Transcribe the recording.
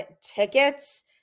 tickets